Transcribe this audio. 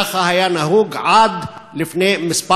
ככה היה נהוג עד לפני כמה חודשים.